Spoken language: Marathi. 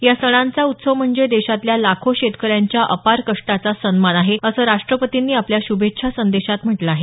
या सणांचा उत्सव म्हणजे देशातल्या लाखो शेतकऱ्यांच्या अपार कष्टाचा सन्मान आहे असं राष्ट्रपतींनी आपल्या श्भेच्छा संदेशात म्हटलं आहे